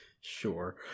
Sure